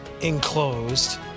enclosed